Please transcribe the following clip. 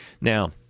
Now